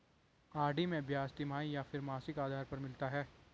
RD में ब्याज तिमाही या फिर मासिक आधार पर मिलता है?